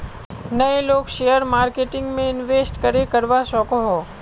नय लोग share marketing में इंवेस्ट करे करवा सकोहो?